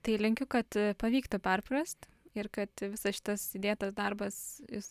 tai linkiu kad pavyktų perprast ir kad visas šitas įdėtas darbas jis